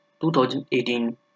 2018